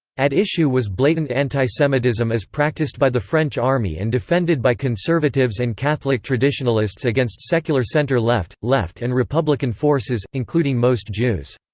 at issue was blatant anti-semitism as practiced by the french army and defended by conservatives and catholic traditionalists against secular centre-left, left left and republican forces, including most jews.